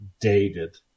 dated